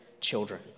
children